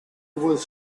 was